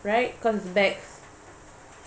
right cause bags